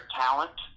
talent